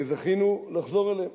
וזכינו לחזור אליהם,